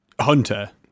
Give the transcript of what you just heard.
hunter